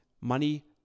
Money